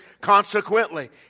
consequently